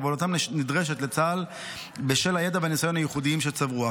ועבודתם נדרשת לצה"ל בשל הידע והניסיון הייחודיים שצברו,